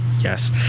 Yes